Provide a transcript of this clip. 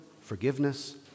forgiveness